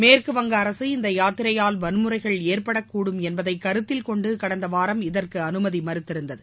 மேற்கு வங்க அரசு இந்த யாத்திரையால் வன்முறைகள் ஏற்படக்கூடும் என்பதை கருத்தில் கொண்டு கடந்த வாரம் இதற்கு அனுமதி மறுத்துதிருந்தது